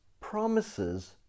promises